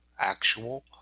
actual